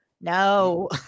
No